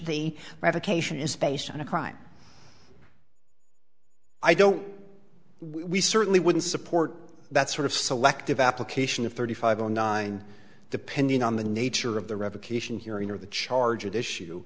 the revocation is based on a crime i don't we certainly wouldn't support that sort of selective application of thirty five or nine depending on the nature of the revocation hearing or the charged issue